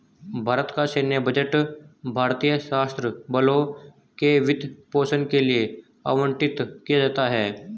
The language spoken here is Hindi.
भारत का सैन्य बजट भारतीय सशस्त्र बलों के वित्त पोषण के लिए आवंटित किया जाता है